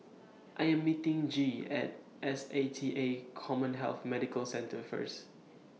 I Am meeting Gee At S A T A Commhealth Medical Centre First